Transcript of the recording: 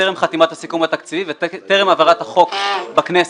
טרם חתימת הסיכום התקציבי וטרם העברת החוק בכנסת.